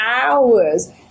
hours